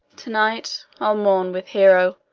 to-night i'll mourn with hero.